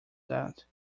that